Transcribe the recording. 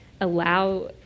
allow